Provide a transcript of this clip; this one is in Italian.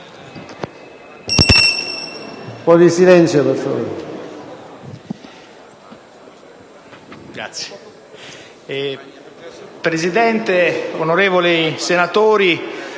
Presidente, onorevoli senatori,